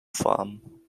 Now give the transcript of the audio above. farm